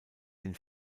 den